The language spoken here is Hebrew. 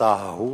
במבצע ההוא